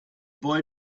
boy